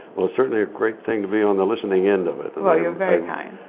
well it's certainly a great thing to be on the listening end of it. oh, you're very kind.